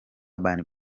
urban